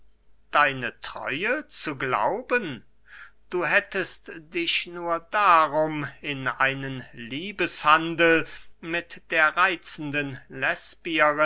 deine treue zu glauben du hättest dich nur darum in einen liebeshandel mit der reitzenden